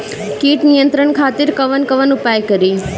कीट नियंत्रण खातिर कवन कवन उपाय करी?